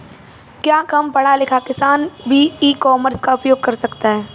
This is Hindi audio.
क्या कम पढ़ा लिखा किसान भी ई कॉमर्स का उपयोग कर सकता है?